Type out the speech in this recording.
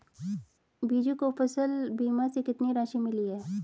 बीजू को फसल बीमा से कितनी राशि मिली है?